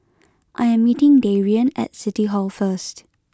I am meeting Darrien at City Hall first